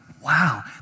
wow